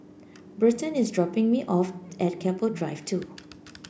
Burton is dropping me off at Keppel Drive Two